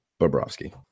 Bobrovsky